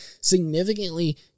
significantly